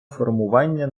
формування